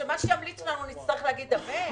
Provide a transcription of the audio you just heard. שמה שימליצו לנו נצטרך להגיד אמן?